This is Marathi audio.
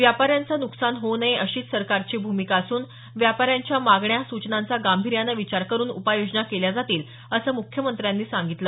व्यापाऱ्यांचं नुकसान होऊ नये अशीच सरकारची भूमिका असून व्यापाऱ्यांच्या मागण्या सूचनांचा गांभीर्यानं विचार करून उपाययोजना केल्या जातील असं मुख्यमंत्र्यांनी सांगितलं